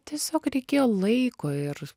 tiesiog reikėjo laiko ir